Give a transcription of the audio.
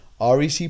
REC